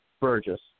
Burgess